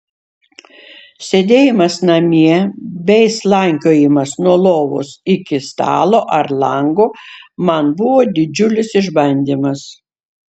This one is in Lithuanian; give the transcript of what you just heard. sėdėjimas namie bei slankiojimas nuo lovos iki stalo ar lango man buvo didžiulis išbandymas